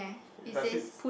does his